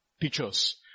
teachers